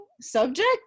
subject